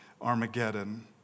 Armageddon